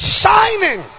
shining